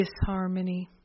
disharmony